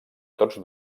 tots